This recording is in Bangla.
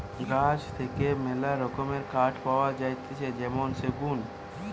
গাছ থেকে মেলা রকমের কাঠ পাওয়া যাতিছে যেমন সেগুন